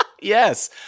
Yes